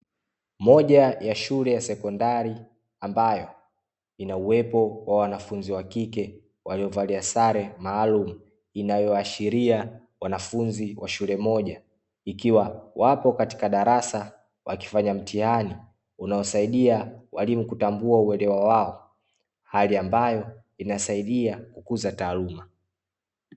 Moja ya shule ya sekondari ambayo, ina uwepo wa wanafunzi wa kike waliovalia sare maalumu, inayoashiria wanafunzi wa shule moja. Ikiwa wapo katika darasa wakifanya mtihani, unaosaidia waalimu kutambua uelewa wao, hali ambayo, inasaidia kukuza taaluma.